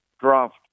draft